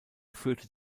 führte